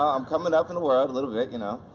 i'm coming up in the world a little bit, you know.